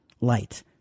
light